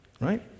right